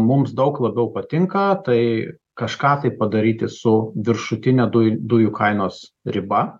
mums daug labiau patinka tai kažką tai padaryti su viršutine dujų dujų kainos riba